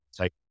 Take